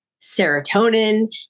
serotonin